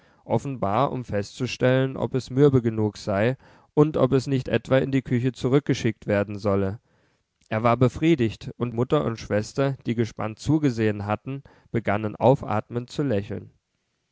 offenbar um festzustellen ob es mürbe genug sei und ob es nicht etwa in die küche zurückgeschickt werden solle er war befriedigt und mutter und schwester die gespannt zugesehen hatten begannen aufatmend zu lächeln